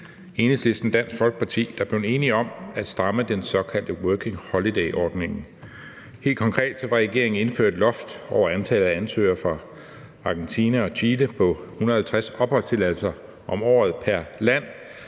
Enhedslisten og Dansk Folkeparti, der er blevet enige om at stramme den såkaldte working holiday-ordning. Helt konkret vil regeringen indføre loft over antallet af ansøgere fra Argentina og Chile på 150 opholdstilladelser om året pr. land.